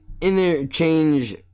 interchange